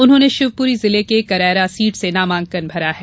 उन्होंने शिवपुरी जिले की करैरा सीट से नामांकन भरा है